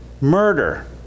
murder